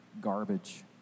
garbage